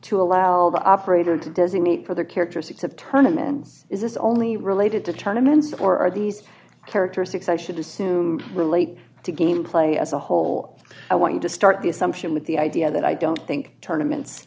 to allow the operator to designate for the characteristics of tournaments is this only related to tournaments or are these characteristics i should assume relate to game play as a whole i want to start the assumption with the idea that i don't think tournaments